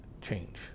change